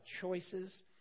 choices